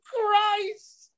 Christ